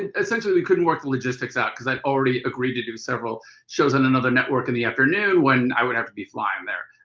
essentially we couldn't work the logistics out because i had already agreed to do several shows on another network in the afternoon when i would have to be flying there.